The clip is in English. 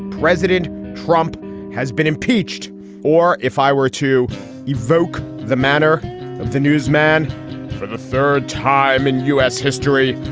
president trump has been impeached or if i were to evoke the manner of the newsman for the third time in u s. history,